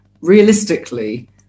realistically